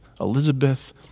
Elizabeth